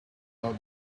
out